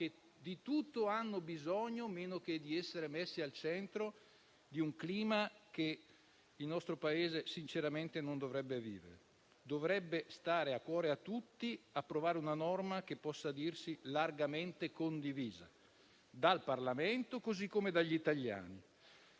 che di tutto hanno bisogno meno che di essere messe al centro di un clima che il nostro Paese sinceramente non dovrebbe vivere. Dovrebbe stare a cuore a tutti approvare una norma che possa dirsi largamente condivisa dal Parlamento, così come dagli italiani.